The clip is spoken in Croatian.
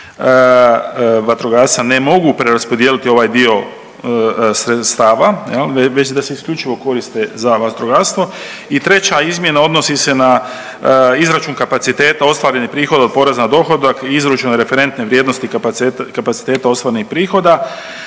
vatrogasca ne mogu preraspodijeliti ovaj dio sredstava jel već da se isključivo koriste za vatrogastvo i treća izmjena odnosi se na izračun kapaciteta ostvarenih prihoda od poreza na dohodak i izračun referentne vrijednosti kapaciteta ostvarenih prihoda